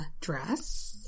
dress